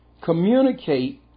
communicate